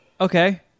Okay